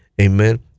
Amen